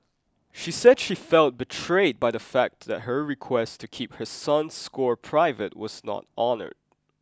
she said she felt betrayed by the fact that her request to keep her son's score private was not honoured